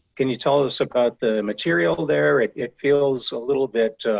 can you tell us about the material there. it it feels a little bit